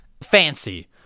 Fancy